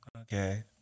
Okay